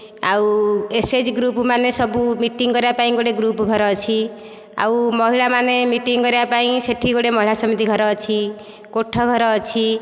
ଆଉ SHG group ମାନେ ସବୁ ଗୋଟିଏ ମିଟିଙ୍ଗ କରିବା ପାଇଁ ଗୋଟିଏ ଗ୍ରୁପ ଘର ଅଛି ଆଉ ମହିଳା ମାନେ ମିଟିଙ୍ଗ କରିବା ପାଇଁ ସେଇଠି ଗୋଟିଏ ମହିଳା ସମିତି ଘର ଅଛି କୋଠ ଘର ଅଛି